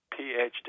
PhD